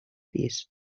pis